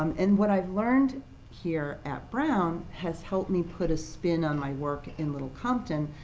um and what i've learned here at brown has helped me put a spin on my work in little compton,